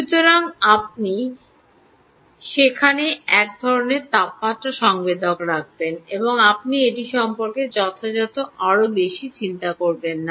সুতরাং আপনি সেখানে এক ধরণের তাপমাত্রা সংবেদক রাখবেন এবং আপনি এটির যথাযথতা সম্পর্কে আরও এত বেশি চিন্তা করবেন না